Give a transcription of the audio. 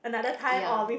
ya